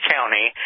County